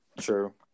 true